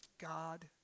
God